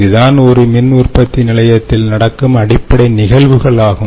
இதுதான் ஒரு மின் உற்பத்தி நிலையத்தில் நடக்கும் அடிப்படை நிகழ்வுகள் ஆகும்